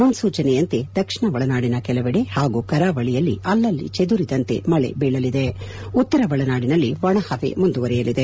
ಮುನ್ಸೂಚನೆಯಂತೆ ದಕ್ಷಿಣ ಒಳನಾಡಿನ ಕೆಲವಡೆ ಹಾಗೂ ಕರಾವಳಿಯಲ್ಲಿ ಅಲ್ಲಲ್ಲಿ ಚದುರಿದಂತೆ ಮಳೆ ಬೀಳಲಿದೆ ಉತ್ತರ ಒಳನಾಡಿನಲ್ಲಿ ಒಣಪವೆ ಮುಂದುವರೆಯಲಿದೆ